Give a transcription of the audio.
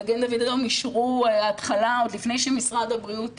מד"א אישרו התחלה עוד לפני שמשרד הבריאות,